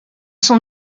sont